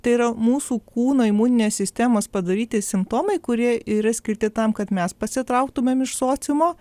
tai yra mūsų kūno imuninės sistemos padaryti simptomai kurie yra skirti tam kad mes pasitrauktumėm iš sociumo